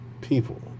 people